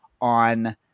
on